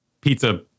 pizza